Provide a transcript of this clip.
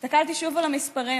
הסתכלתי שוב על המספרים.